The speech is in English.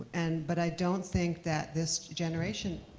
and but i don't think that this generation.